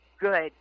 good